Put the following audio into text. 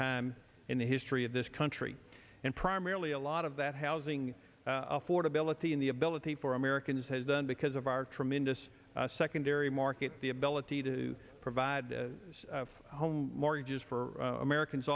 time in the history of this country and primarily a lot of that housing affordability in the ability for americans has done because of our tremendous secondary market the ability to provide home mortgages for americans